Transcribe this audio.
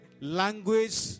language